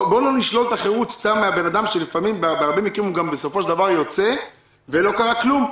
בוא לא נשלול את החירות סתם מבן אדם שבהרבה מקרים יוצא ולא קרה כלום.